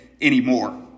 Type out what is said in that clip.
anymore